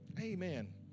Amen